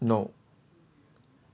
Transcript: no